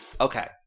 Okay